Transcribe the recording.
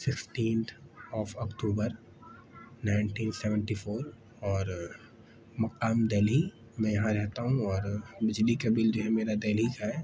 fifteenth of October nineteen seventy four اور مقام دلی میں یہاں رہتا ہوں اور بجلی کا بل جو ہے میرا دلی کا ہے